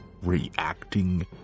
reacting